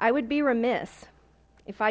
i would be remiss if i